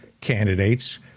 candidates